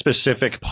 specific